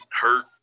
hurt